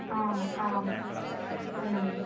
అవును అవును